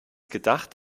gedacht